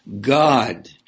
God